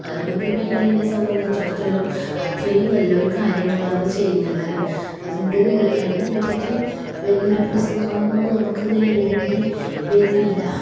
ആരോഗ്യമേഖലയെ സംബന്ധിച്ചിടത്തോളം അത്രയും നല്ലൊരു കാര്യങ്ങളാണ് ചെയ്യുന്നത് അതുകൊണ്ട് അതിനെ പറ്റിയിട്ട് വലിയ ഒരു പ്രശ്നങ്ങളൊന്നും നമ്മൾക്ക് നേരിടേണ്ടി വരുന്നില്ല